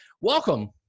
welcome